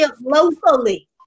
locally